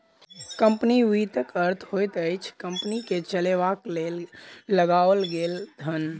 company वित्तक अर्थ होइत अछि कम्पनी के चलयबाक लेल लगाओल गेल धन